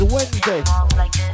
Wednesday